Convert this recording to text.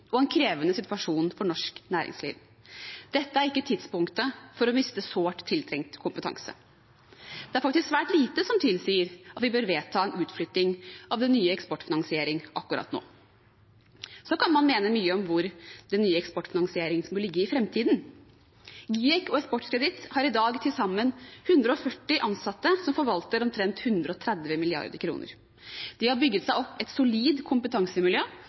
og en krevende situasjon for norsk næringsliv. Dette er ikke tidspunktet for å miste sårt tiltrengt kompetanse. Det er faktisk svært lite som tilsier at vi bør vedta en utflytting av det nye Eksportfinansiering akkurat nå. Så kan man mene mye om hvor det nye Eksportfinansiering skal ligge i framtiden. GIEK og Eksportkreditt har i dag til sammen 140 ansatte, som forvalter omtrent 130 mrd. kr. De har bygget seg opp et solid kompetansemiljø,